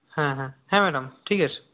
হ্যাঁ হ্যাঁ হ্যাঁ ম্যাডাম ঠিক আছে